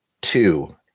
Two